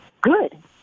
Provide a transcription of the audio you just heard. good